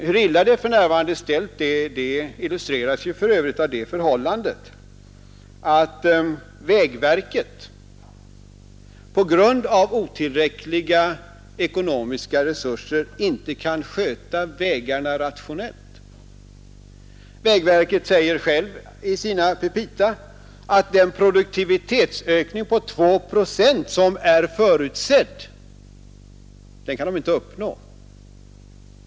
Hur illa det för närvarande är ställt illustreras av det förhållandet att vägverket på grund av otillräckliga ekonomiska resurser inte kan sköta vägarna rationellt. Vägverket skriver i sina petita att den förutsatta produktivitetsökningen på 2 procent inte kan uppnås.